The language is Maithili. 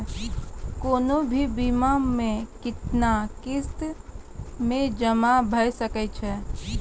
कोनो भी बीमा के कितना किस्त मे जमा भाय सके छै?